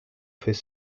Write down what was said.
fait